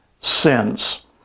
sins